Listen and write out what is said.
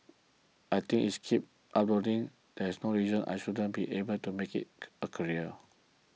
I think if I keep uploading there's no reason I shouldn't be able to make it a career